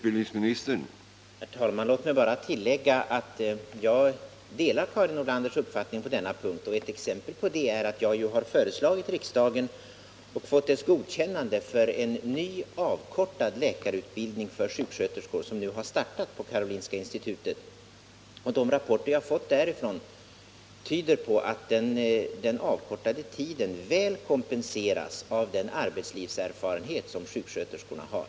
Herr talman! Låt mig bara tillägga att jag delar Karin Nordlanders uppfattning på denna punkt. Ett exempel på det är att jag ju har föreslagit riksdagen och fått dess godkännande av en ny avkortad läkarutbildning för sjuksköterskor, som nu har startat på Karolinska institutet. De rapporter jag fått därifrån tyder på att den avkortade tiden väl kompenseras av den arbetslivserfarenhet som sjuksköterskorna har.